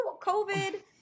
COVID